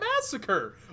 Massacre